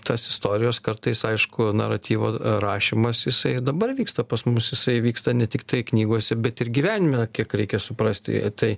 tas istorijos kartais aišku naratyva rašymas jisai dabar vyksta pas mus jisai vyksta ne tiktai knygose bet ir gyvenime kiek reikia suprasti tai